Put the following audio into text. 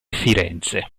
firenze